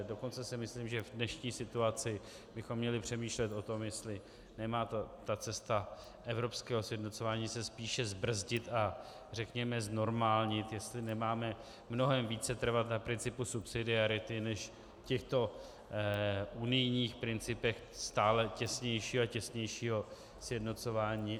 Dokonce si myslím, že v dnešní situaci bychom měli přemýšlet o tom, jestli se ta cesta evropského sjednocování nemá spíše zbrzdit a řekněme znormálnit, jestli nemáme mnohem více trvat na principu subsidiarity než na těchto unijních principech stále těsnějšího a těsnějšího sjednocování.